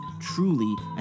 truly